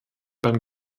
beim